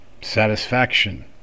satisfaction